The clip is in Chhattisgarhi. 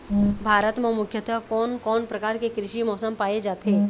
भारत म मुख्यतः कोन कौन प्रकार के कृषि मौसम पाए जाथे?